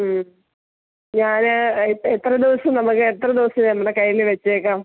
ഞാൻ എത്ര ദിവസം നമുക്ക് എത്ര ദിവസം നമ്മുടെ കയ്യിൽ വെച്ചേക്കാം